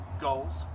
goals